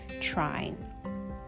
trying